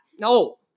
No